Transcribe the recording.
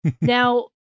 Now